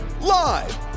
live